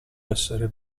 essere